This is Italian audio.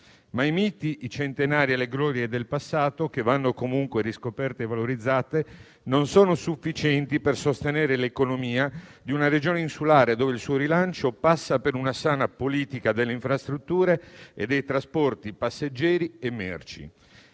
Ma i miti, i centenari e le glorie del passato - vanno comunque riscoperti e valorizzati - non sono sufficienti per sostenere l'economia di una Regione insulare, il cui rilancio passa per una sana politica delle infrastrutture e dei trasporti passeggeri e merci.